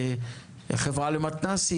החברה למתנ"סים,